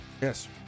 Yes